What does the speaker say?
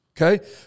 Okay